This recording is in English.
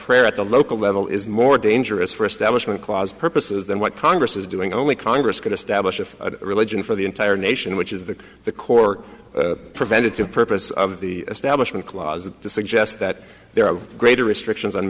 prayer at the local level is more dangerous for establishment clause purposes than what congress is doing only congress can establish a religion for the entire nation which is the the core preventative purpose of the establishment clause to suggest that there are greater restrictions on